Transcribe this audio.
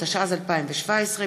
התשע"ז 2017,